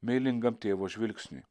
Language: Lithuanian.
meilingam tėvo žvilgsniui